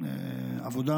העבודה